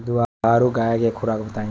दुधारू गाय के खुराक बताई?